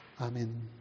Amen